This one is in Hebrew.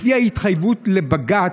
לפי ההתחייבות לבג"ץ,